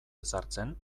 ezartzen